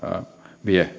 vie